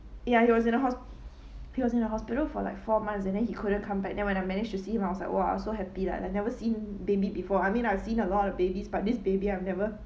ya he was in a hos~ he was in a hospital for like four months and then he couldn't come back then when I managed to see him I was like !wah! so happy lah I never seen him maybe before I mean I've seen a lot of babies but this baby I've never